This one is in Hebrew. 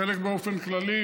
חלק באופן כללי,